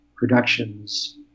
Productions